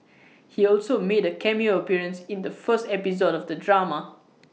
he also made A cameo appearance in the first episode of the drama